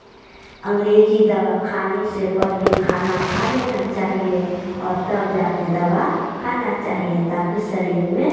अंग्रेजी दवा खाने से पहले खाना खा लेना चाहिए और तब जाकर दवा खाना चाहिए ताकि शरीर में